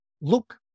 look